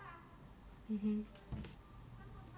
mmhmm